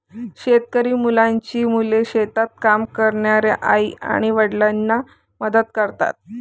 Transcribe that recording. शेतकरी मुलांची मुले शेतात काम करणाऱ्या आई आणि वडिलांना मदत करतात